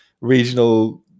regional